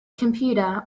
computer